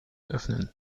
öffnen